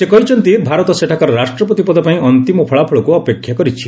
ସେ କହିଛନ୍ତି ଭାରତ ସେଠାକାର ରାଷ୍ଟ୍ରପତି ପଦ ପାଇଁ ଅନ୍ତିମ ଫଳାଫଳକୁ ଅପେକ୍ଷା କରିଛି